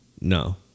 No